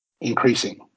increasing